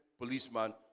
policeman